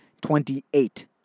twenty-eight